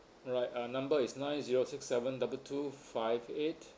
right uh number is nine zero six seven double two five eight